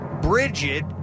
Bridget